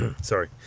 sorry